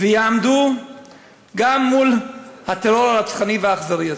והם יעמדו גם מול הטרור הרצחני והאכזרי הזה.